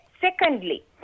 Secondly